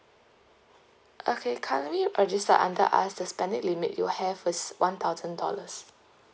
okay currently registered under us the spending limit you have is one thousand dollars